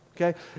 Okay